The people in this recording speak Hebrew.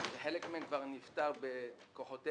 חלק מהם כבר נפתר בכוחותינו,